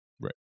Right